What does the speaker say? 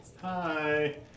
Hi